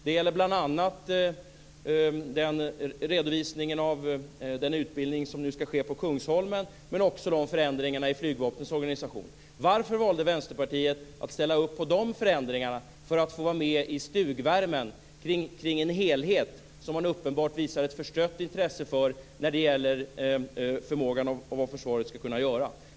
Det gäller bl.a. redovisningen av den utbildning som nu ska ske på Kungsholmen men också förändringarna i flygvapnets organisation. Varför valde Vänsterpartiet att ställa sig bakom dessa förändringar för att få vara med i stugvärmen kring en helhet som man uppenbart visar ett förstrött intresse för när det gäller förmågan och vad försvaret ska kunna göra.